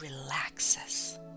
relaxes